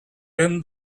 end